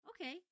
Okay